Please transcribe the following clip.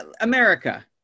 america